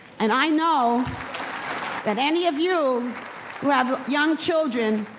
and i know that any of you who have young children,